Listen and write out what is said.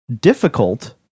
difficult